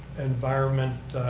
environment